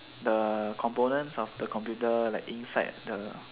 the components of the computer like inside the